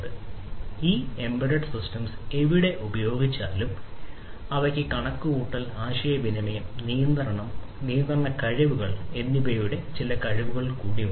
അതിനാൽ ഈ embedded systems എവിടെ ഉപയോഗിച്ചാലും അവയ്ക്ക് കണക്കുകൂട്ടൽ ആശയവിനിമയം നിയന്ത്രണം കണക്കുകൂട്ടൽ ആശയവിനിമയം നിയന്ത്രണ കഴിവുകൾ എന്നിവയുടെ ചില കഴിവുകൾ ഉണ്ട്